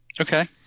Okay